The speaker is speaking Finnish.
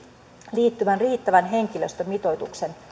liittyvän riittävän henkilöstömitoituksen